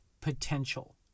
potential